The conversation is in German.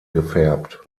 gefärbt